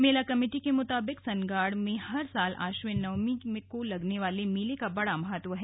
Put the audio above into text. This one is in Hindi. मेला कमेटी के मुताबिक सनगाड़ में हर साल आश्विन नवमी को लगने वाले मेले का बड़ा महत्व है